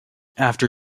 after